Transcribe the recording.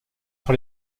sur